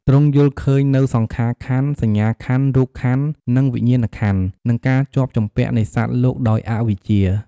ទ្រង់យល់ឃើញនូវសង្ខារខន្ធ សញ្ញាខន្ធ រូបខន្ធ និងវិញ្ញាណខន្ធ និងការជាប់ជំពាក់នៃសត្វលោកដោយអវិជ្ជា។